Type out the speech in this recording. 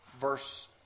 Verse